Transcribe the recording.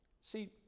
See